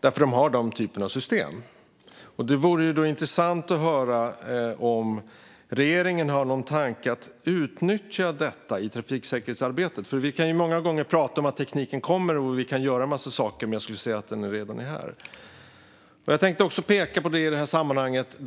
därför att den har den typen av system. Det vore intressant att höra om regeringen har någon tanke att utnyttja detta i trafiksäkerhetsarbetet. Vi kan många gånger tala om att tekniken kommer och att vi då kan göra en massa saker. Jag skulle säga att den redan är här. Jag tänkte peka på det i det här sammanhanget.